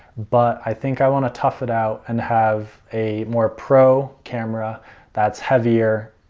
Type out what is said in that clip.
but i think i want to tough it out and have a more pro camera that's heavier,